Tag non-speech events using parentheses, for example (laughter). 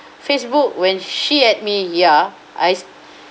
facebook when she add me ya I (breath)